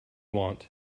want